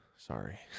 sorry